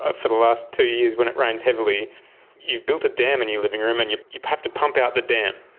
ah for the last two years, when it rains heavily you've built a dam in your living room and you have to pump out the dam.